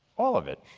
all of it.